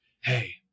hey